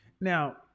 Now